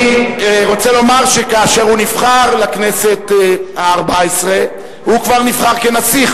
אני רוצה לומר שכאשר הוא נבחר לכנסת הארבע-עשרה הוא כבר נבחר כנסיך,